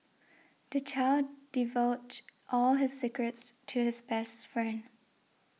the child divulged all his secrets to his best friend